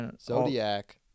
zodiac